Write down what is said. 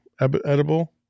edible